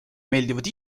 meeldivad